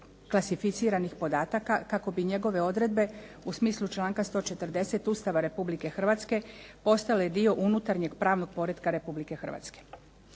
klasificiranih podataka kako bi njegove odredbe u smislu članaka 140. Ustava Republike Hrvatske postala dio unutarnje pravnog poretka Republike Hrvatske.